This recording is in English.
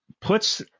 puts